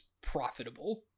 profitable